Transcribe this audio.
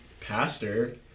pastor